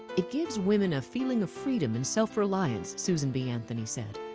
it gives women a feeling of freedom and self reliance, susan b anthony said,